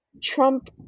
Trump